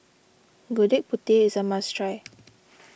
Gudeg Putih is a must try